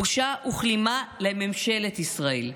בושה וכלימה לממשלת ישראל.